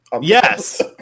Yes